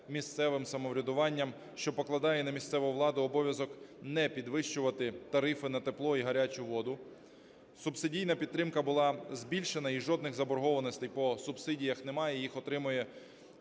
місцевим самоврядуванням, що покладає на місцеву владу обов'язок не підвищувати тарифи на тепло і гарячу воду. Субсидійна підтримка була збільшена і жодних заборгованостей по субсидіях немає, їх отримує